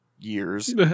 years